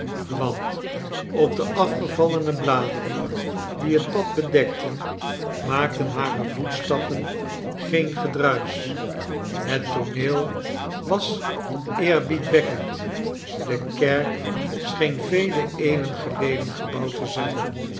want op de afgevallene bladeren die het pad bedekten maakten hare voetstappen geen gedruis het tooneel was eerbiedwekkend de kerk scheen vele eeuwen geleden gebouwd te zijn